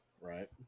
right